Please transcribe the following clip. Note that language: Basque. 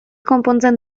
konpontzen